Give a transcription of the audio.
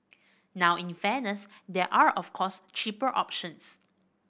now in fairness there are of course cheaper options